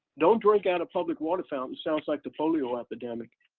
don't drink out a public water fountain, sounds like the polio epidemic.